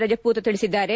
ರಜಪೂತ್ ತಿಳಿಸಿದ್ದಾರೆ